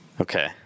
Okay